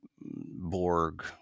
Borg